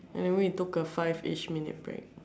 by the way we took a five ish minute break